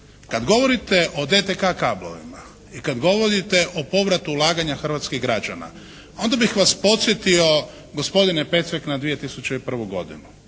kad govorite o DTK-a kablovima i kad govorite o povratu ulaganja hrvatskih građana, onda bih vas podsjetio gospodine Pecek na 2001. godinu.